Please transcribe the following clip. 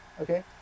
okay